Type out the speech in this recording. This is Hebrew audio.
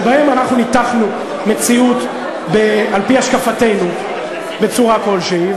שבהן אנחנו ניתחנו מציאות על-פי השקפתנו בצורה כלשהי,